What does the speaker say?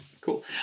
cool